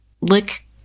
lick